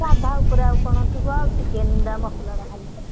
ସାଧା ଉପରେ ଆଉ କଣ ଥିବ ଆଉ ଚିକେନଟା ମସଲାଟା ଖାଲି